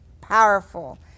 powerful